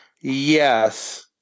Yes